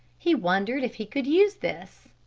he wondered if he could use this.